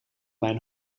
mijn